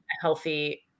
healthy